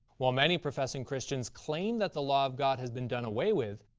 while many professing christians claim that the law of god has been done away with.